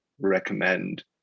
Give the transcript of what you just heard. recommend